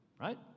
right